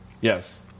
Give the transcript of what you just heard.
Yes